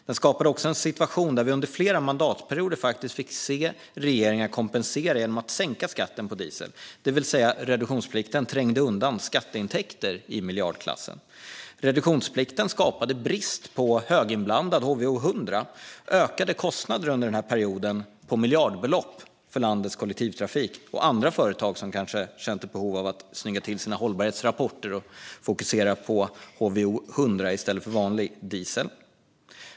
Den skapade också en situation där vi under flera mandatperioder faktiskt fick se regeringar kompensera genom att sänka skatten på diesel. Reduktionsplikten trängde alltså undan skatteintäkter i miljardklassen. Reduktionsplikten skapade också brist på höginblandad HVO 100 och ökade kostnader under perioden till miljardbelopp för landets kollektivtrafik och andra företag som kanske känt behov av att snygga till sina hållbarhetsrapporter och fokusera på HVO 100 i stället för vanlig diesel.